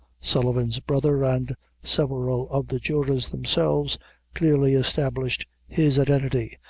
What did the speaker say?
sullivan's brother and several of the jurors themselves clearly established his identity,